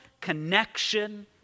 Connection